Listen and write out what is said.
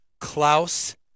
Klaus